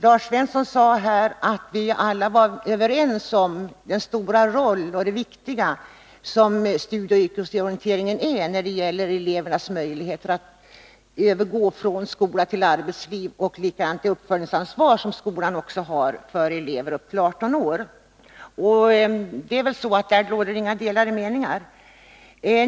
Lars Svensson sade här att vi alla är överens om vilken stor och viktig roll studieoch yrkesorienteringen spelar när det gäller elevernas möjligheter att övergå från skola till arbetsliv samt när det gäller skolans uppföljningsansvar för elever upp till 18 år. Där råder det inga delade meningar.